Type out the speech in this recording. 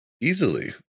easily